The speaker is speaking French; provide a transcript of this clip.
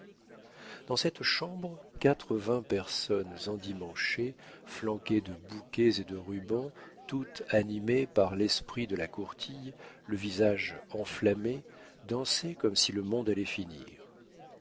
dans cette chambre quatre-vingts personnes endimanchées flanquées de bouquets et de rubans toutes animées par l'esprit de la courtille le visage enflammé dansaient comme si le monde allait finir